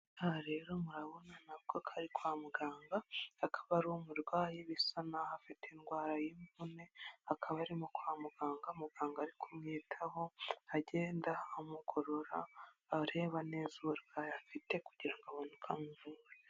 Aha rero murabona nabwo ko ari kwa muganga, akaba ari umurwayi bisa naho afite indwara y'imvune, akaba arimo kwa muganga, muganga ari kumwitaho, agenda amugorora, abareba neza uburwayi afite, kugira ngo abone uko amuvura.